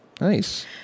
Nice